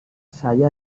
saya